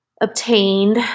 obtained